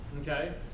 okay